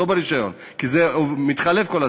לא ברישיון, כי זה מתחלף כל הזמן.